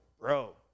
bro